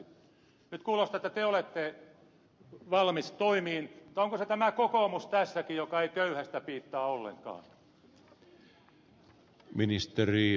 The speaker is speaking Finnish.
nyt kuulostaa että te olette valmis toimiin mutta onko se kokoomus tässäkin joka ei köyhästä piittaa ollenkaan